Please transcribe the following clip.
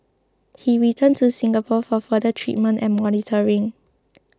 he returned to Singapore for further treatment and monitoring